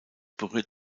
berührt